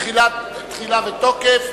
תחילה ותוקף),